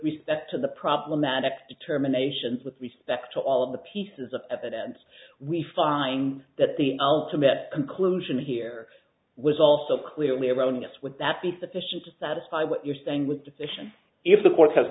respect to the problematic determinations with respect to all of the pieces of evidence we find that the ultimate conclusion here was also clearly erroneous would that be sufficient to satisfy what you're saying with decision if the court has